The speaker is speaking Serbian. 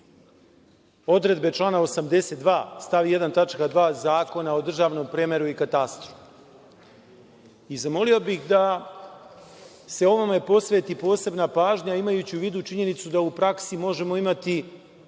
odredbe člana 82. stav 1. tačka 2) Zakona o državnom premeru i katastru. Zamolio bih da se ovome posveti posebna pažnja, imajući u vidu činjenicu da u praksi možemo imati